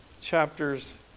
chapters